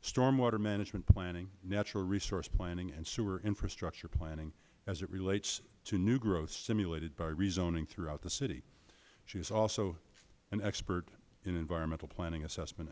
storm water management planning natural resource planning and sewer infrastructure planning as it relates to new growth stimulated by rezoning throughout the city she is also an expert in environmental planning assessment